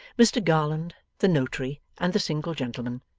mr garland, the notary, and the single gentleman,